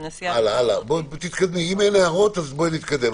אם אין הערות, נתקדם.